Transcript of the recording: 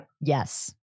Yes